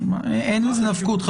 אין לזה נפקות.